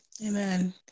Amen